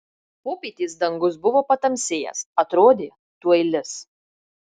popietės dangus buvo patamsėjęs atrodė tuoj lis